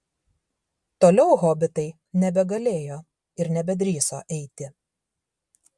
toliau hobitai nebegalėjo ir nebedrįso eiti